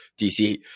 DC